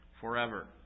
forever